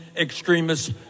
extremists